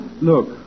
Look